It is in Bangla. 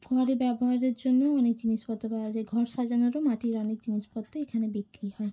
ঘরে ব্যবহারের জন্যও অনেক জিনিসপত্র পাওয়া যায় ঘর সাজানোরও মাটির অনেক জিনিসপত্র এখানে বিক্রি হয়